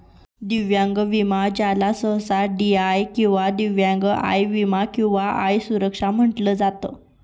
दिव्यांग विमा ज्याला सहसा डी.आय किंवा दिव्यांग आय विमा किंवा आय सुरक्षा म्हटलं जात